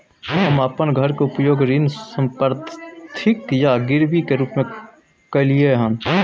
हम अपन घर के उपयोग ऋण संपार्श्विक या गिरवी के रूप में कलियै हन